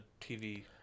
TV